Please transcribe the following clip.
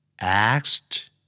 asked